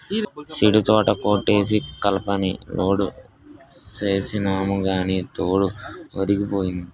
సీడీతోట కొట్టేసి కలపని లోడ్ సేసినాము గాని లోడు ఒరిగిపోయింది